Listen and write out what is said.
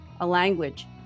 language